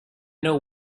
know